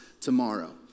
tomorrow